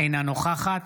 אינה נוכחת